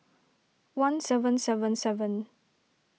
one seven seven seven